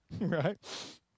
right